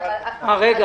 ברגע